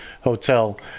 hotel